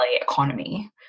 economy